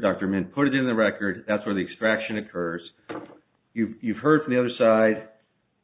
document put it in the record that's where the extraction occurs you've heard from the other side